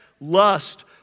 lust